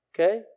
Okay